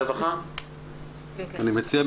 אני מציע,